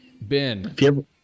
Ben